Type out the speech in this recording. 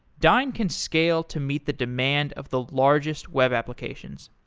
dyn can scale to meet the demand of the largest web applications.